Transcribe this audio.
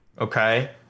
okay